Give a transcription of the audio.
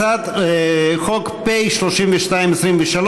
הצעת חוק פ/3223,